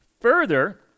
Further